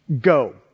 Go